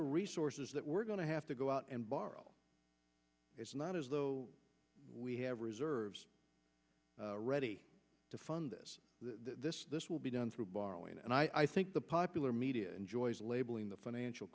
are resources that were when i have to go out and borrow it's not as though we have reserves ready to fund this this this will be done through borrowing and i think the popular media enjoys labeling the financial